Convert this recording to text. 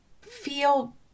feel